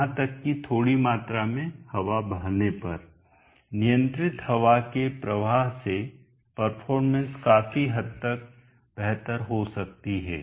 यहां तक कि थोड़ी मात्रा में हवा बहने पर नियंत्रित हवा के प्रवाह से परफॉर्मेंस काफी हद तक बेहतर हो सकती है